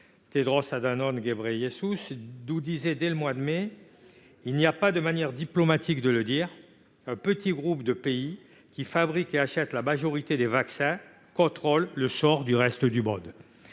Tedros Adhanom Ghebreyesus, nous déclarait dès le mois de mai :« Il n'y a pas de manière diplomatique de le dire : un petit groupe de pays qui fabriquent et achètent la majorité des vaccins contrôlent le sort du reste du monde. »